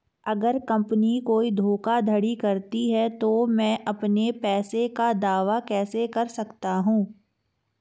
अगर कंपनी कोई धोखाधड़ी करती है तो मैं अपने पैसे का दावा कैसे कर सकता हूं?